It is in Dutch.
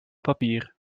papier